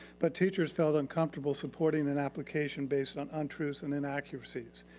but teachers felt uncomfortable supporting an application based on untruths and inaccuracies.